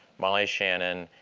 molly shannon,